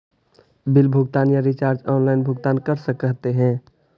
Bill भुगतान या recharge online भुगतान कर सकते हैं?